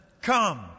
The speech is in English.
Come